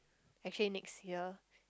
actually next year